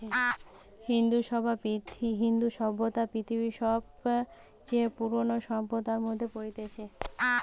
ইন্দু সভ্যতা পৃথিবীর সবচে পুরোনো সভ্যতার মধ্যে পড়তিছে